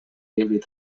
híbrid